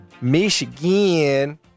Michigan